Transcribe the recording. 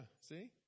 see